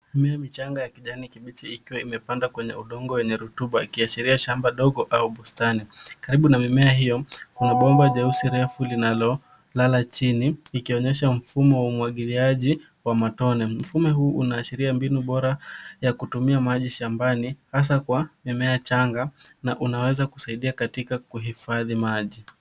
Mimea michanga ya kijani kibichi ikiwa imepandwa kwenye udongo wenye rutuba, ikiashiria shamba dogo au bustani. Karibu na mimea hiyo, kuna bomba jeusi refu linalolala chini, ikionyesha mfumo wa umwagiliaji wa matone. Mfumo huu unaashiria mbinu bora ya kutumia maji shambani hasa kwa mimea changa na unaweza kusaidia katika kuhifadhi maji.